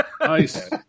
Nice